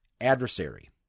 adversary